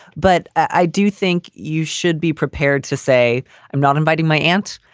but i do think you should be prepared to say i'm not inviting my aunt.